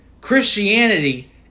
Christianity